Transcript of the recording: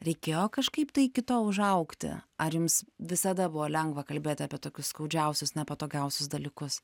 reikėjo kažkaip tai iki to užaugti ar jums visada buvo lengva kalbėti apie tokius skaudžiausius nepatogiausius dalykus